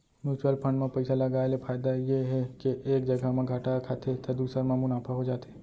mutual fund म पइसा लगाय ले फायदा ये हे के एक जघा म घाटा खाथे त दूसर म मुनाफा हो जाथे